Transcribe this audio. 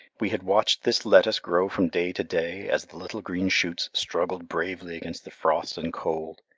we had watched this lettuce grow from day to day as the little green shoots struggled bravely against the frost and cold.